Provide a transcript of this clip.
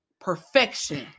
perfection